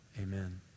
Amen